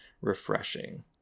refreshing